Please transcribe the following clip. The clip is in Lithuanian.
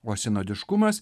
o sinodiškumas